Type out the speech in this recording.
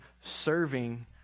serving